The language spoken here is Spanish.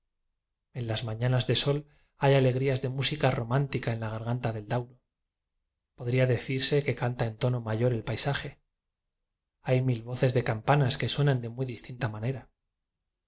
en las mañanas de sol hay alegrías de música romántica en la gar ganta del dauro podría decirse que canta en tono mayor el paisaje hay mil voces de campanas que suenan de muy distinta manera